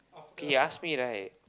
K he ask me right